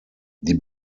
die